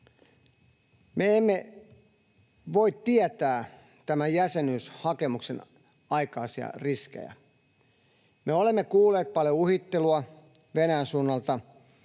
Me emme voi tietää tämän jäsenyyshakemuksen aikaisia riskejä. Me olemme kuulleet paljon uhittelua Venäjän suunnalta,